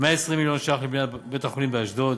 120 מיליון ש"ח לבניית בית-החולים באשדוד,